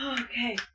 okay